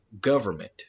government